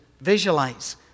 visualize